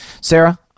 Sarah